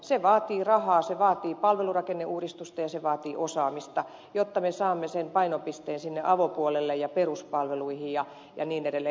se vaatii rahaa se vaatii palvelurakenneuudistusta ja se vaatii osaamista jotta me saamme sen painopisteen sinne avopuolelle ja peruspalveluihin ja niin edelleen